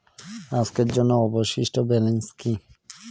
আজকের জন্য অবশিষ্ট ব্যালেন্স কি?